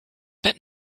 but